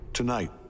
Tonight